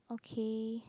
okay